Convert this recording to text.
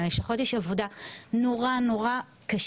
ללשכות יש עבודה נורא קשה,